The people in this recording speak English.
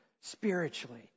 spiritually